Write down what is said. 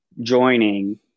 joining